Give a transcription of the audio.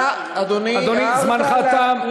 אדוני, זמנך תם.